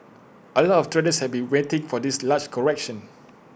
A lot of traders have been waiting for this large correction